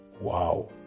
Wow